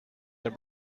from